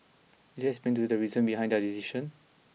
did they explain to you the reasons behind their decision